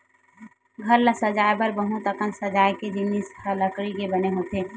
घर ल सजाए बर बहुत अकन सजाए के जिनिस ह लकड़ी के बने होथे